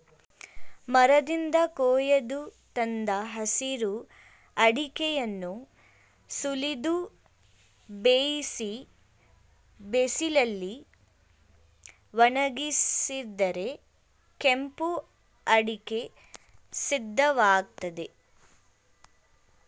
ಮರದಿಂದ ಕೊಯ್ದು ತಂದ ಹಸಿರು ಅಡಿಕೆಯನ್ನು ಸುಲಿದು ಬೇಯಿಸಿ ಬಿಸಿಲಲ್ಲಿ ಒಣಗಿಸಿದರೆ ಕೆಂಪು ಅಡಿಕೆ ಸಿದ್ಧವಾಗ್ತದೆ